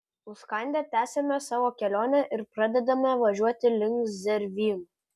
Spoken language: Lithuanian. užkandę tęsiame savo kelionę ir pradedame važiuoti link zervynų